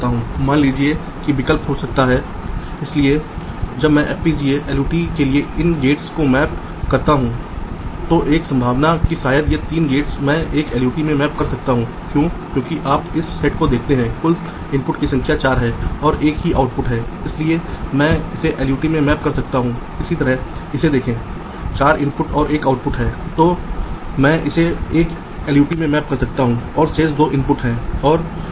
slide का समय देखें 2244 इसलिए पावर और ग्राउंड राउटिंग के लिए यहां संक्षेप में प्रस्तुत करने के लिए हमें तार की चौड़ाई के संबंध में विशेष ध्यान देने की आवश्यकता है क्योंकि यदि बिजली की आपूर्ति के तार पर्याप्त चौड़े नहीं हैं तो आप तारों के माध्यम से अधिक करंट खींचने की कोशिश करेंगे जो उन उच्च धाराओं को संभालने के लिए डिज़ाइन नहीं हैं और तारों में कुछ भौतिक विघटन हो सकता है